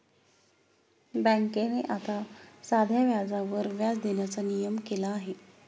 बँकेने आता साध्या व्याजावर व्याज देण्याचा नियम केला आहे